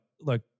look